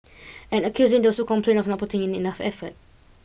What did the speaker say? and accusing those who complained of not putting in enough effort